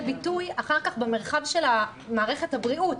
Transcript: ביטוי אחר כך במרחב של מערכת הבריאות,